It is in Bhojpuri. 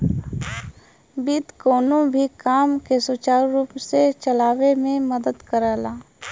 वित्त कउनो भी काम के सुचारू रूप से चलावे में मदद करला